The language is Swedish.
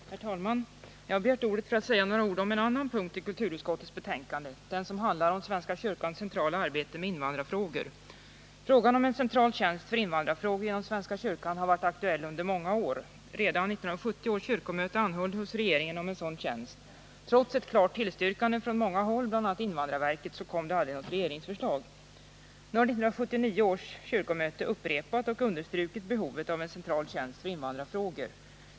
Herr talman! Jag har begärt ordet för att säga något om en annan punkt i kulturutskottets betänkande, den som behandlar svenska kyrkans centrala arbete med invandrarfrågor. Frågan om en central tjänst för invandrarfrågor inom svenska kyrkan har varit aktuell under många år. Redan 1970 års kyrkomöte anhöll hos regeringen om en sådan tjänst. Trots ett klart tillstyrkande från många håll, bl.a. invandrarverket, kom det aldrig något regeringsförslag. Nu har 1979 års kyrkomöte upprepat och understrukit behovet av en central tjänst för invandrarfrågor.